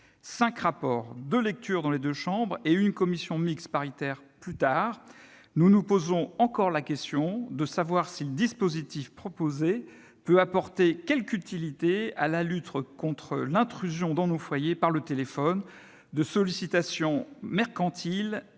rapports, deux lectures dans les deux chambres et une commission mixte paritaire plus tard, nous nous posons encore la question de savoir si le dispositif proposé peut apporter quelque utilité à la lutte contre l'intrusion dans nos foyers, par le téléphone, de sollicitations mercantiles